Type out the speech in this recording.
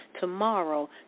tomorrow